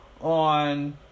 on